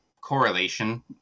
correlation